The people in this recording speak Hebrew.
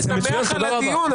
אני שמח על הדיון,